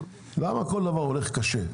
למה כל דבר הולך קשה?